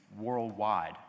worldwide